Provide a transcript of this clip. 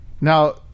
now